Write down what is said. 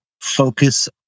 focus